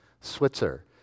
Switzer